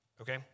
Okay